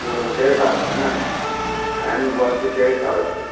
त्योहरू केही भएको छैन फ्यान बत्ती केही चलेको छैन